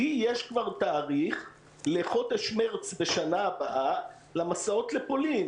לי יש כבר תאריך בחודש מרץ בשנה הבאה למסעות לפולין.